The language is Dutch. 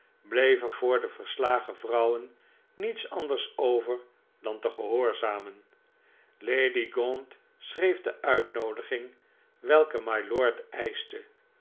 er voor de verslagen vrouwen niets anders over dan te gehoorzamen lady gaunt schreef de uitnoodiging welke mylord eischte